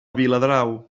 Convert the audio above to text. viladrau